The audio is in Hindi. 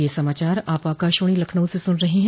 ब्रे क यह समाचार आप आकाशवाणी लखनऊ से सुन रहे हैं